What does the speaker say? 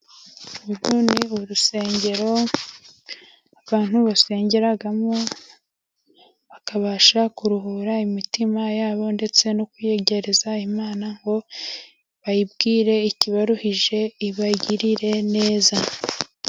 Uru ni urusengero abantu basengeramo, bakabasha kuruhura imitima yabo, ndetse no kuyegereza Imana ngo bayibwire ikibaruhije ibagirire neza.